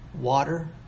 water